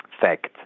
fact